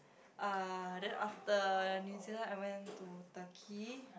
uh then after New Zealand I went to Turkey